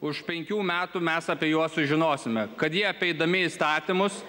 už penkių metų mes apie juos sužinosime kad jie apeidami įstatymus